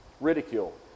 Ridicule